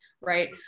right